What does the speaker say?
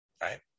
right